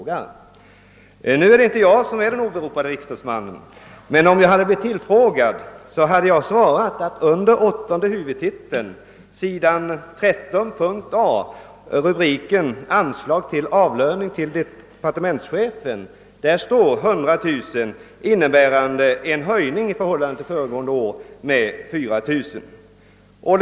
Det är emellertid inte jag som är den åberopade riksdagsmannen. Om jag hade blivit tillfrågad, hade jag svarat att under åttonde huvudtiteln, s. 13, p. A, rubriken »Anslag till avlöning till departementschefen» står 100 000 kronor, innebärande en höjning i förhållande till föregående år med 4 000 kronor.